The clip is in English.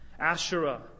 Asherah